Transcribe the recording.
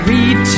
Read